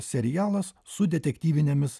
serialas su detektyvinėmis